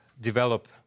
develop